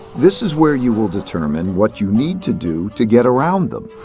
this is where you will determine what you need to do to get around them.